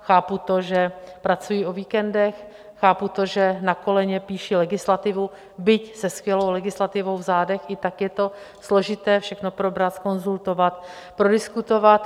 Chápu to, že pracují o víkendech, chápu to, že na koleně píší legislativu, byť se skvělou legislativou v zádech, i tak je to složité všechno probrat, zkonzultovat, prodiskutovat.